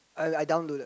I I downloaded